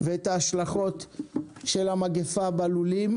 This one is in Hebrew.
ואת ההשלכות של המגפה בלולים,